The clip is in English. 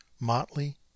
motley